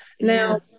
now